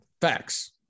Facts